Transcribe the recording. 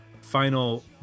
final